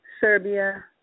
Serbia